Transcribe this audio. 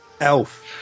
Elf